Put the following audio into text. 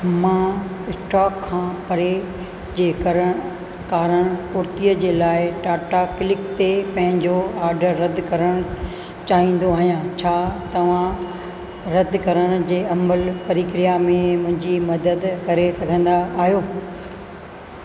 मां स्टॉक खां परे जे करण कारणु कुर्तीअ जे लाइ टाटा क्लिक ते पंहिंजो ऑर्डर रद्द करणु चाहिंदो आहियां छा तव्हां रद्द करणु जे अमल प्रक्रिया में मुंहिंजी मदद करे सघंदा आहियो